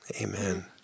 Amen